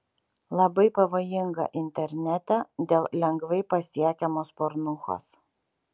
labai pavojinga internete dėl lengvai pasiekiamos pornūchos